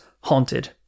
haunted